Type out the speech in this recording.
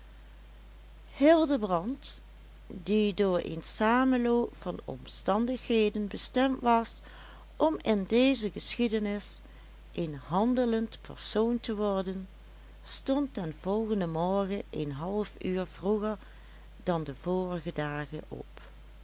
hildebrand die door een samenloop van omstandigheden bestemd was om in deze geschiedenis een handelend persoon te worden stond den volgenden morgen een half uur vroeger dan de vorige dagen op